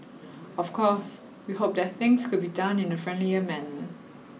of course we hope that things could be done in a friendlier manner